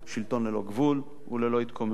שלטון ללא גבול וללא התקוממות,